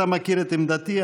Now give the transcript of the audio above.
אתה מכיר את עמדתי.